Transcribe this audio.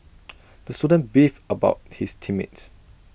the student beefed about his team mates